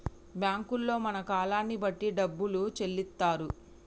బ్యాంకుల్లో మన కాలాన్ని బట్టి డబ్బును చెల్లిత్తరు